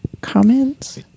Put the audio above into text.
comments